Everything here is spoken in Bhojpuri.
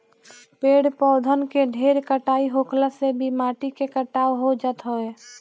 पेड़ पौधन के ढेर कटाई होखला से भी माटी के कटाव हो जात हवे